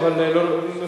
רגע, לא הספקתי.